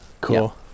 Cool